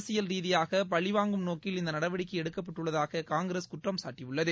அரசியல் ரீதியாக பழிவாங்கும் நோக்கில் இந்த நடவடிக்கை எடுககப்பட்டுள்ளதாக காங்கிரஸ் குற்றம்சாட்டியுள்ளது